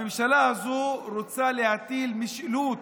הממשלה הזו רוצה להטיל משילות